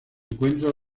encuentra